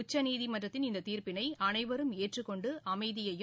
உச்சநீதிமன்றத்தின் இந்ததீர்ப்பினைஅனைவரும் ஏற்றுக்கொண்டுஅமைதியையும்